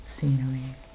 scenery